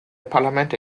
parlamente